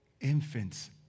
infants